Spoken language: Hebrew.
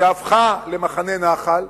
שהפכה למחנה נח"ל,